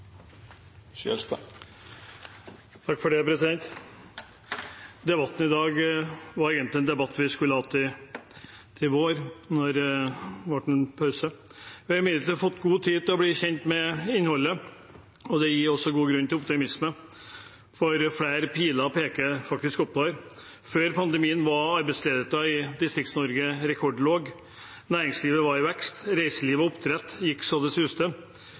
debatt vi skulle hatt i vår, men nå ble det en pause. Vi har imidlertid fått god tid til å bli kjent med innholdet. Det gir også god grunn til optimisme, for flere piler peker faktisk oppover. Før pandemien var arbeidsledigheten i Distrikts-Norge rekordlav, næringslivet var i vekst, reiseliv og oppdrett gikk så det suste,